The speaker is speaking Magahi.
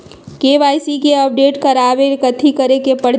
के.वाई.सी के अपडेट करवावेला कथि करें के परतई?